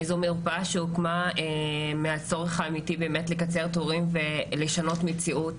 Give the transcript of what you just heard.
זו מרפאה שהוקמה מהצורך האמיתי באמת לקצר תורים ולשנות מציאות.